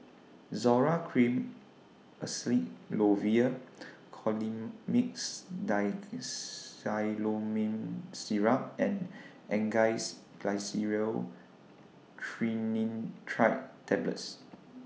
Zoral Cream Acyclovir Colimix Dicyclomine Syrup and Angised Glyceryl Trinitrate Tablets